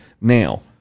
now